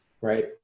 right